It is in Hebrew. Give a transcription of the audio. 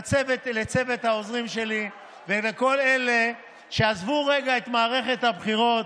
לצוות העוזרים שלי ולכל אלה שעזבו רגע את מערכת הבחירות